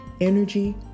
energy